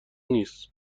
نیست